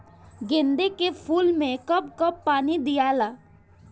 गेंदे के फूल मे कब कब पानी दियाला?